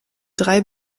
drei